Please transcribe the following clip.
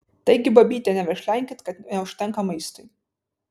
taigi babyte neverkšlenkit kad neužtenka maistui